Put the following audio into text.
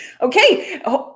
Okay